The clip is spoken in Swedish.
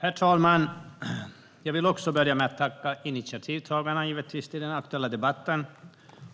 Herr talman! Jag vill också börja med att tacka initiativtagarna till den här aktuella debatten